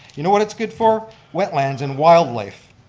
you know what it's good for? wetlands and wildlife,